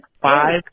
five